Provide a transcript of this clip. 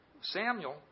Samuel